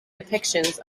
depictions